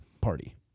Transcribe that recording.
party